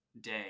day